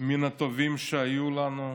מן הטובים שהיו לנו,